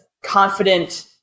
confident